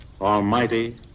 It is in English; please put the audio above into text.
almighty